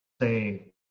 say